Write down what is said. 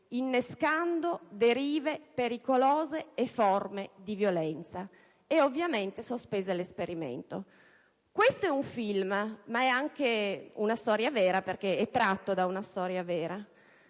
innescando derive pericolose e forme di violenza, e ovviamente sospese l'esperimento. Questo è un film, ma è anche una storia vera. Il pericolo che noi vediamo